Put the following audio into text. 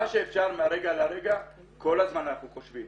מה שאפשר מהרגע להרגע כל הזמן אנחנו חושבים.